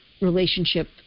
relationship